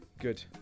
Good